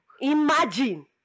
imagine